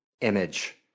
image